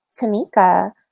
Tamika